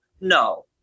No